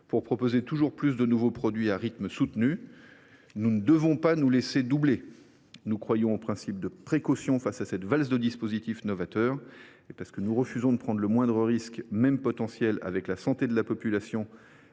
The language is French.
pour proposer toujours plus de nouveaux produits à un rythme soutenu. Nous ne devons pas nous laisser doubler. Nous croyons au principe de précaution face à cette valse de dispositifs novateurs. Parce que nous refusons de prendre le moindre risque, même potentiel, avec la santé de la population